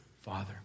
Father